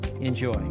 Enjoy